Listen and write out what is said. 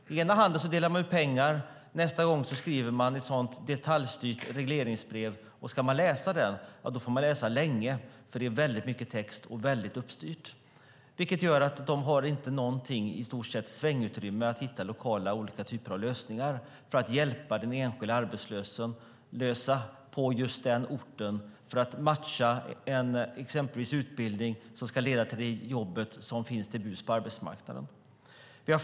Med ena handen delar regeringen ut pengar, och nästa gång skriver den ett detaljstyrt regleringsbrev. Om man ska läsa det får man läsa länge, för det är väldigt mycket text och väldigt uppstyrt. Det gör att de på Arbetsförmedlingen i stort sett inte har något svängrum när det gäller att hitta olika typer av lokala lösningar för att hjälpa en enskild arbetslös på en ort, exempelvis att matcha en utbildning som ska leda till ett jobb som står till buds på arbetsmarknaden.